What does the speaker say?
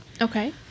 Okay